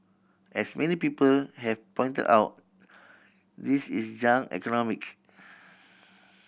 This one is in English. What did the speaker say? as many people have pointed out this is junk economic